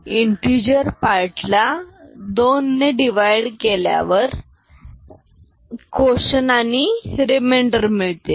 integer part ला 2 ने divide करत गेल्यावर कोशन आणि रिमैंडर मिळेल